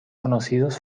conocidos